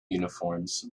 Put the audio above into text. uniforms